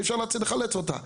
אי אפשר בכלל לחלץ אותה.